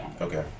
Okay